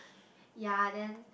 ya then